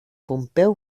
pompeu